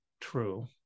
true